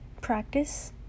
practice